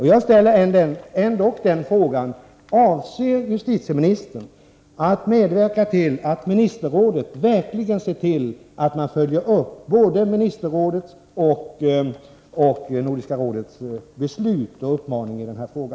| Jag ställer ändock frågan: Avser justitieministern att medverka till att ministerrådet verkligen ser till att man följer upp både ministerrådets och 7 | Nordiska rådets beslut och uppmaning i denna fråga?